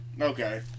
Okay